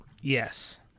Yes